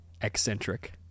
eccentric